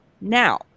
now